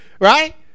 right